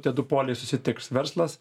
tie du poliai susitiks verslas